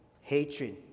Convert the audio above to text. hatred